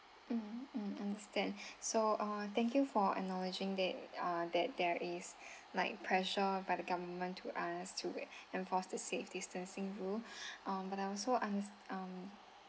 mm mm understand so uh thank you for acknowledging that uh that there is like pressure by the government to us to uh enforced the safe distancing rule um but I also unders~ um